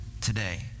today